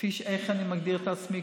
איך אני מגדיר את עצמי?